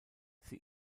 sie